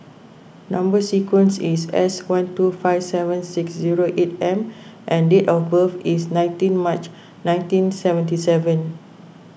Number Sequence is S one two five seven six zero eight M and date of birth is nineteen March nineteen seventy seven